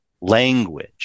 language